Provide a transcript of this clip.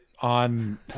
on